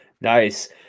Nice